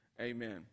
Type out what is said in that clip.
amen